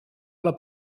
alla